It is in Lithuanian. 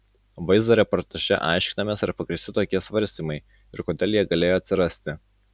vaizdo reportaže aiškinamės ar pagrįsti tokie svarstymai ir kodėl jie galėjo atsirasti